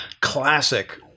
classic